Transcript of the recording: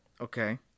Okay